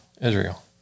Israel